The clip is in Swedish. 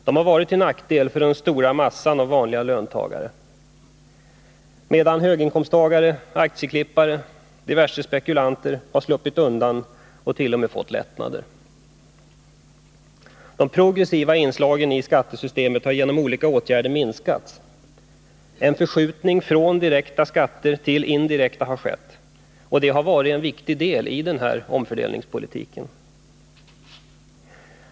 De har varit till nackdel för den stora massan av vanliga löntagare, medan höginkomsttagare, aktieklippare och diverse spekulanter har sluppit undan och t.o.m. fått lättnader. De progressiva inslagen i skattesystemet har genom olika åtgärder minskats. En förskjutning från direkta skatter till indirekta har skett, och det har varit en viktig del i den borgerliga omfördelningspolitiken.